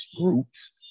groups